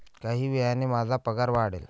काही वेळाने माझा पगार वाढेल